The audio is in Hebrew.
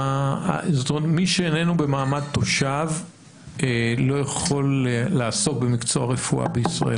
מי שאיננו במעמד תושב לא יכול לעסוק במקצוע רפואה בישראל.